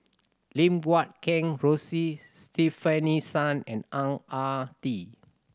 Lim Guat Kheng Rosie Stefanie Sun and Ang Ah Tee